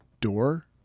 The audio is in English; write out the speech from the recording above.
door